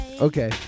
Okay